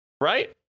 right